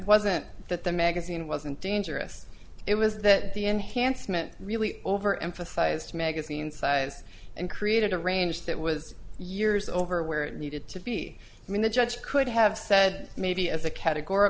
wasn't that the magazine wasn't dangerous it was that the enhancement really over emphasized magazine size and created a range that was years over where it needed to be i mean the judge could have said maybe as a categor